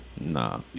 Nah